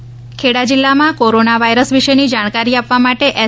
T workshop Kheda જિલ્લામાં corona virus વિશેની જાણકારી આપવા માટે એસ